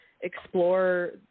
explore